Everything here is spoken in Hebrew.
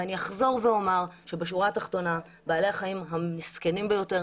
ואני אחזור ואומר שבשורה התחתונה בעלי החיים המסכנים ביותר,